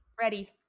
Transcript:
Ready